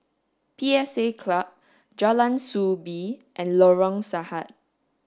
P S A Club Jalan Soo Bee and Lorong Sahad